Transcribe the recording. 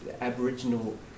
Aboriginal